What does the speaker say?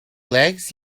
legs